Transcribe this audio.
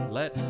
Let